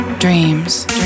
Dreams